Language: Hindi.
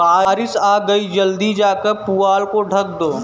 बारिश आ गई जल्दी जाकर पुआल को ढक दो